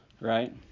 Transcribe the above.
right